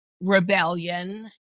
rebellion